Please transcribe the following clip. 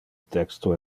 texto